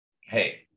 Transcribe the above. hey